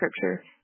scripture